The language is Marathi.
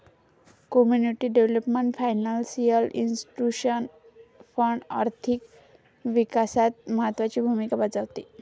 community development financial institution fund आर्थिक विकासात महत्त्वाची भूमिका बजावते